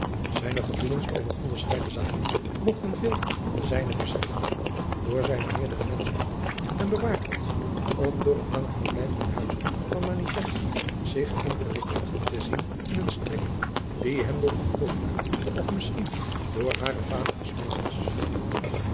zijne gevoelens over onderscheiden zaken mogten veel van de zijne verschillen door zijne meerdere menschkunde hem bewaard had om door een langer verblijf ten huize van manichetti zich ingewikkeld te zien in een strik die hem door antonia of misschien door haren vader gespannen was